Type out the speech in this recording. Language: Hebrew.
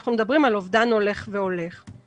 אנחנו מדברים על אובדן הולך וגובר.